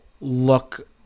look